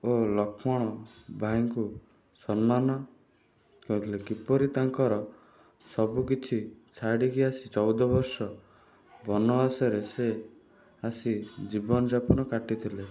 ଓ ଲକ୍ଷ୍ମଣ ଭାଇଙ୍କୁ ସମ୍ମାନ କରିଲେ କିପରି ତାଙ୍କର ସବୁ କିଛି ଛାଡ଼ିକି ଆସି ଚଉଦ ବର୍ଷ ବନବାସରେ ସେ ଆସି ଜୀବନଯାପନ କାଟିଥିଲେ